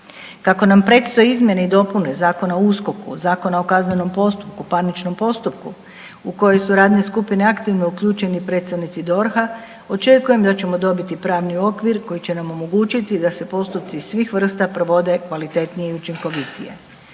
Kako nam predstoje izmjene i dopune Zakona o USKOK-u, Zakona o kaznenom postupku, parničnom postupku u kojem su radne skupine aktivno uključeni predstavnici DORH-a, očekujem da ćemo dobiti pravni okvir koji će nam omogućiti da se postupci svih vrsta provode kvalitetnije i učinkovitije.